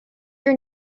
your